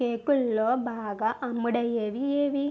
కేకుల్లో బాగా అమ్ముడయ్యేవి ఏవి